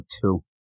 two